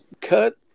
cut